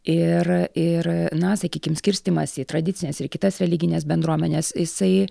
ir ir na sakykim skirstymas į tradicines ir kitas religines bendruomenes jisai